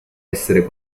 essere